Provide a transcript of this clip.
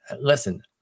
Listen